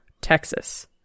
Texas